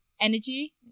energy